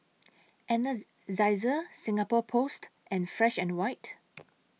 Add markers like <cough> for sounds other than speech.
<unintelligible> Singapore Post and Fresh and White